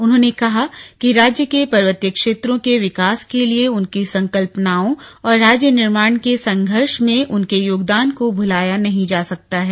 उन्होंने कहा कि राज्य के पर्वतीय क्षेत्रों के विकास के लिये उनकी संकल्पनाओं और राज्य निर्माण के संघर्ष में उनके योगदान को भुलाया नहीं जा सकता है